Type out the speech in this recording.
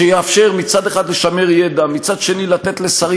שיאפשר מהצד האחד לשמר ידע ומהצד האחר לתת לשרים